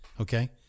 okay